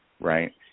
Right